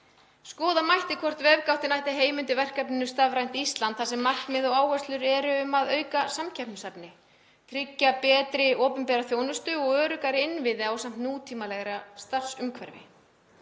Skoða mætti hvort vefgáttin ætti heima undir verkefninu Stafrænt Ísland þar sem markmið og áherslur eru um að auka samkeppnishæfni, tryggja betri opinbera þjónustu og öruggari innviði ásamt nútímalegra starfsumhverfi.